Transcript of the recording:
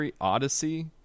Odyssey